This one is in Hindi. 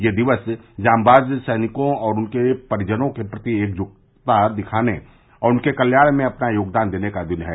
यह दिवस जांबाज सैनिकों और उनके परिजनों के प्रति एकजुटता दिखाने और उनके कल्याण में अपना योगदान देने का दिन है